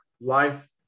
life